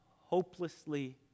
hopelessly